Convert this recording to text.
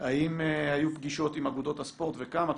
אם היו פגישות עם אגודות הספורט וכמה,